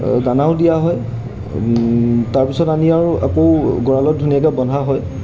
দানাও দিয়া হয় তাৰপিছত আনি আৰু আকৌ গঁৰালত ধুনীয়াকৈ বন্ধা হয়